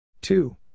two